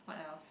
what else